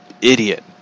idiot